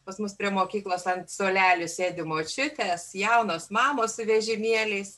pas mus prie mokyklos ant suolelių sėdi močiutės jaunos mamos su vežimėliais